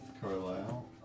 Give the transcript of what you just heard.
Carlisle